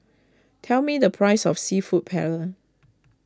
tell me the price of Seafood Paella